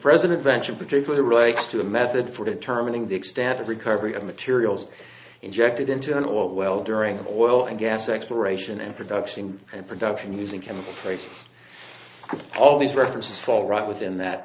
president ventured particularly relates to the method for determining the extent of recovery of materials injected into an oil well during the oil and gas exploration and production and production using chemical free all these references fall right within that